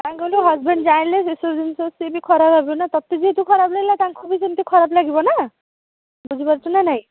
କ'ଣ କହିଲୁ ହଜବେଣ୍ଡ୍ ଜାଣିଲେ ସେ ସବୁ ଜିନିଷ ସିଏ ବି ଖରାପ ଭାବିବେ ନା ତୋତେ ଯେହେତୁ ଖରାପ ଲାଗିଲା ତାଙ୍କୁ ବି ସେମିତି ଖରାପ ଲାଗିବ ନା ବୁଝି ପାରୁଛୁ ନା ନାଇଁ